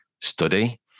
study